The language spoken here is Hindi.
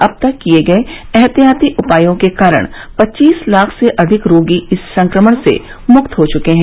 अब तक किए गए एहतियाती उपायों के कारण पच्चीस लाख से अधिक रोगी इस संक्रमण से मुक्त हो चुके हैं